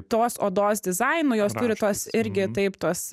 tos odos dizainu jos turi tuos irgi taip tuos